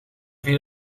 viel